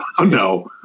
no